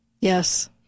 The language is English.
Yes